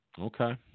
Okay